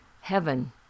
heaven